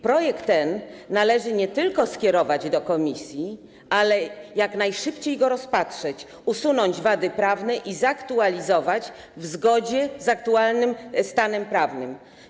Projekt ten należy nie tylko skierować do komisji, ale także jak najszybciej go rozpatrzyć, usunąć wady prawne i zaktualizować w zgodzie z aktualnym stanem prawnym.